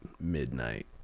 midnight